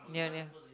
near near